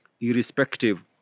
irrespective